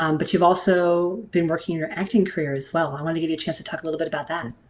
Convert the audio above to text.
um but you've also been working in your acting career as well i want to give you a chance to talk a little bit about that.